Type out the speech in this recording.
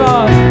God